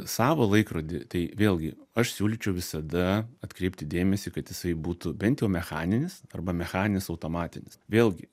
savo laikrodį tai vėlgi aš siūlyčiau visada atkreipti dėmesį kad jisai būtų bent jau mechaninis arba mechaninis automatinis vėlgi